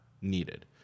needed